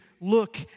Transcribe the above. look